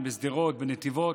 בירושלים, בשדרות, בנתיבות,